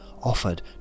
offered